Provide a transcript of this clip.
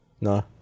No